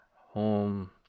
home